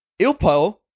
Ilpo